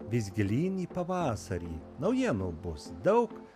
vis gilyn į pavasarį naujienų bus daug